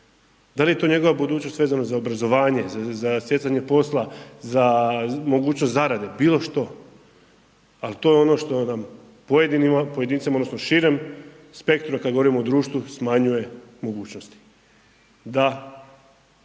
Da li je to njegova budućnost vezana za obrazovanje, za stjecanje posla, za mogućnost zarade, bilo što, al to je ono što nam pojedincima odnosno širem spektru kad govorim o društvu smanjuje mogućnosti, da